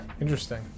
Interesting